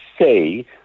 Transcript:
say